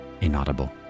inaudible